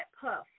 puff